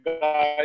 guys